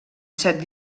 set